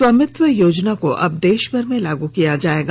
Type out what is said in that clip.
स्वामित्व योजना को अब देशभर में लागू किया जाएगा